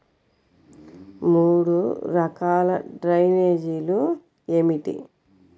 మూడు రకాల డ్రైనేజీలు ఏమిటి?